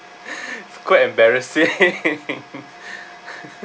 quite embarrassing